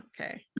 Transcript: okay